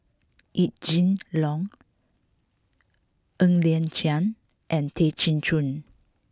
Yee Jenn Jong Ng Liang Chiang and Tay Chin Joo